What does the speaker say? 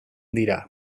dira